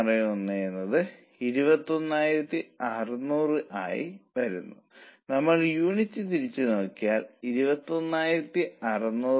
5 x എന്നിങ്ങനെയുള്ള കണക്കുകൂട്ടൽ ഇവിടെ കാണിക്കാൻ ഞാൻ ശ്രമിച്ചു ആകെ 5 പോയിന്റ് 15